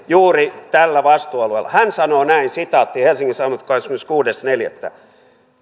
juuri tällä vastuualueella hän sanoo näin sitaatti helsingin sanomat kahdeskymmeneskuudes neljättä